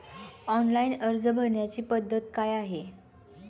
Online अर्ज भरण्याची पद्धत काय आहे?